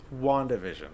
WandaVision